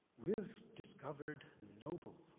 we've discovered noble.